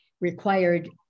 required